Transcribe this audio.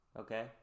Okay